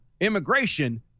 immigration